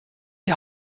die